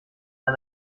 ein